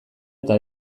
eta